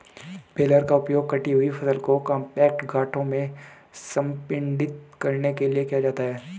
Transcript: baler का उपयोग कटी हुई फसल को कॉम्पैक्ट गांठों में संपीड़ित करने के लिए किया जाता है